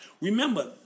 Remember